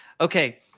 Okay